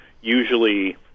usually